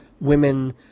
women